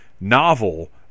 novel